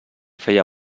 feia